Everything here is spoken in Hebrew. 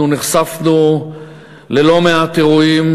נחשפנו ללא-מעט אירועים,